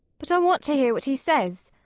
but i want to hear what he says.